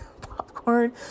popcorn